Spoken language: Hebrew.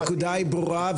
הנקודה ברורה.